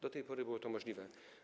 Do tej pory było to możliwe.